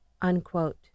unquote